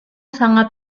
sangat